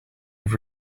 have